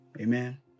Amen